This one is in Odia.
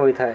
ହୋଇଥାଏ